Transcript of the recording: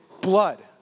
blood